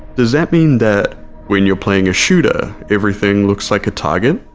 does that mean that when you're playing a shooter everything looks like a target?